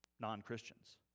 non-Christians